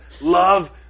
love